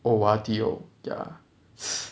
O_R_D oh ya